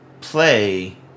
play